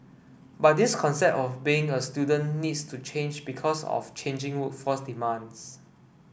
but this concept of being a student needs to change because of changing workforce demands